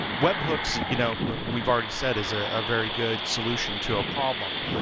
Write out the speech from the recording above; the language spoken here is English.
webhooks, you know we've already said is a a very good solution to a problem.